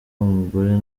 umugore